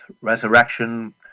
resurrection